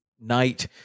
night